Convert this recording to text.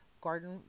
garden